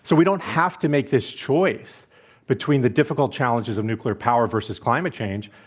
so we don't have to make this choice between the difficult challenges of nuclear power versus climate change.